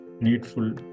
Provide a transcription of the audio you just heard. needful